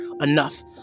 enough